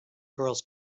girls